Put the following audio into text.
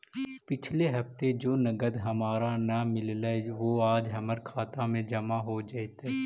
पिछले हफ्ते जो नकद हमारा न मिललइ वो आज हमर खता में जमा हो जतई